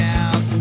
out